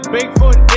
bigfoot